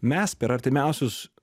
mes per artimiausius